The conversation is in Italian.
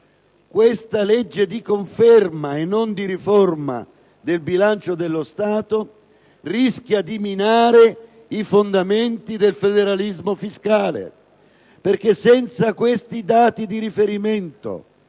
questa legge di conferma - e non di riforma - del bilancio dello Stato rischia di minare i fondamenti del federalismo fiscale, perché senza questi dati di riferimento